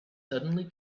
suddenly